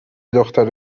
دختر